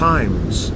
Times